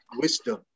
wisdom